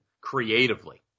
creatively